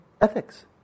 ethics